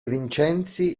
vincenzi